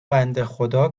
بندهخدا